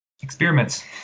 experiments